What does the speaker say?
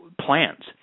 plans